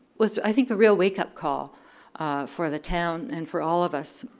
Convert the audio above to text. was i think a real wake up call for the town and for all of us.